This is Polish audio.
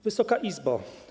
Wysoka Izbo!